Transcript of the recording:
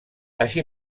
així